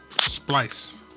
splice